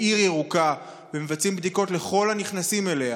עיר ירוקה ומבצעים בדיקות לכל הנכנסים אליה